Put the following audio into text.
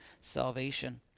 salvation